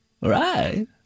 Right